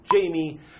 Jamie